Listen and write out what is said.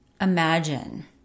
imagine